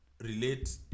relate